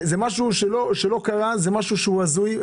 זה דבר שלא קרה, זה דבר הזוי.